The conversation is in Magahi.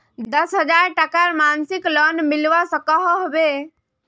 दस हजार टकार मासिक लोन मिलवा सकोहो होबे?